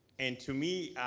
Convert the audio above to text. and to me,